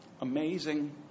Amazing